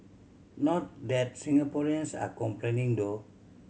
not that Singaporeans are complaining though